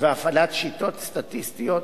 והפעלת שיטות סטטיסטיות